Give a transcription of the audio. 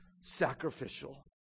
sacrificial